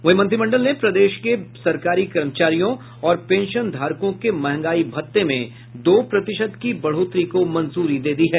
वहीं मंत्रिमंडल ने प्रदेश के सरकारी कर्मचारियों और पेंशनधारकों के महंगाई भत्ते में दो प्रतिशत की बढ़ोतरी को मंजूरी दे दी है